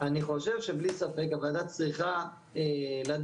אני חושב שבלי ספק הוועדה צריכה לדון